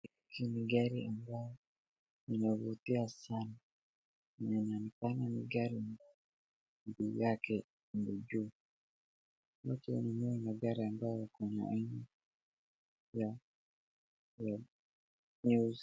Hii ni gari ambayo inavutia sana, inaonekana ni gari ambayo bei yake ni juu, na ukiangalia ni magari ambayo yako na aina taa nyeusi.